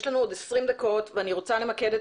יש לנו עוד עשרים דקות ואני רוצה למקד את